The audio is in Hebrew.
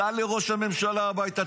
סע לראש הממשלה הביתה,